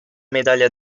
medaglia